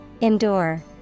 Endure